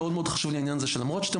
מאוד-מאוד חשוב לי העניין הזה שלמרות שאתם